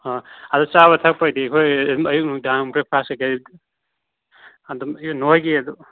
ꯑꯗꯣ ꯆꯥꯕ ꯊꯛꯄꯒꯤꯗꯤ ꯑꯩꯈꯣꯏ ꯑꯗꯨꯝ ꯑꯌꯨꯛ ꯅꯨꯡꯗꯥꯡ ꯕ꯭ꯔꯦꯛꯐꯥꯁ ꯀꯔꯤ ꯀꯔꯤ ꯑꯗꯨꯝ ꯅꯈꯣꯏꯒꯤ